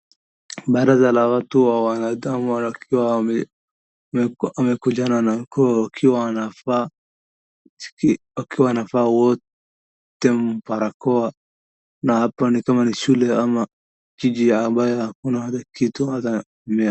Baraza la watu wa wanadamu wakiwa wamekunjana miguu wakiwa wanavaa wote barakoa na hapo ni kama ni shule ama jiji ambayo hakuna hata kitu ama mimea.